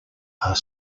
are